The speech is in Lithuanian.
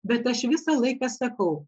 bet aš visą laiką sakau